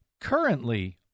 currently